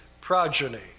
progeny